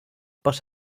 but